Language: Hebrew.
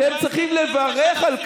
אתם יכולים להסביר מה